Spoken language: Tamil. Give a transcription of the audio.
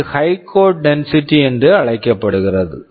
இது high code density code density என்று அழைக்கப்படுகிறது